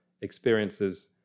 experiences